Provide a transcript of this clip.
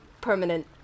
permanent